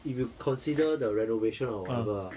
if you consider the renovation or whatever ah